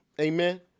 Amen